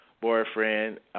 boyfriend